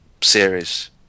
series